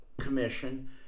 commission